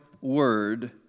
word